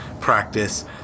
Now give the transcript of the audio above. practice